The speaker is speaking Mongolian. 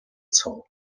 суув